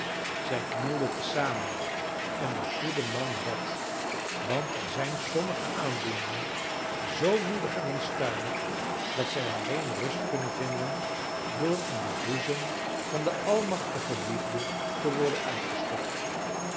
zij knielden te zamen en de goede man bad want er zijn sommige aandoeningen zoo woelig en onstuimig dat zij alleen rust kunnen vinden door in den boezem van de almachtige liefde te worden uitgestort